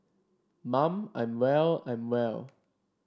mum I'm well I'm well